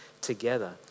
together